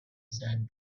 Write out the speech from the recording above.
sat